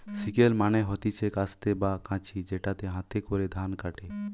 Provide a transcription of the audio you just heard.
sickle মানে হতিছে কাস্তে বা কাঁচি যেটাতে হাতে করে ধান কাটে